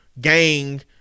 gang